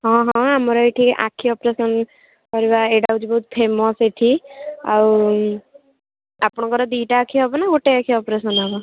ହଁ ହଁ ଆମର ଏଇଠି ଆଖି ଅପରେସନ୍ ଅଲଗା ଏଇଟା ହେଉଛି ବହୁତ୍ ଫେମସ୍ ଏଠି ଆଉ ଆପଣଙ୍କର ଦୁଇଟା ଆଖି ହବନା ଗୋଟିଏ ଆଖି ଅପରେସନ୍ ହବ